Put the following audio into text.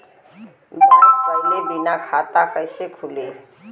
Bank गइले बिना खाता कईसे खुली?